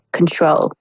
control